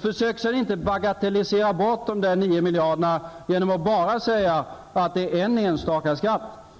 Försök sedan inte bagatellisera bort dessa 9 miljarder genom att säga att det bara är fråga om en enstaka skatt.